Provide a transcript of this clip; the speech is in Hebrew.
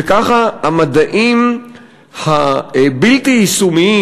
וכך המדעים הבלתי-יישומיים,